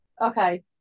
Okay